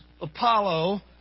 Apollo